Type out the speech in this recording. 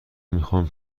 میخوام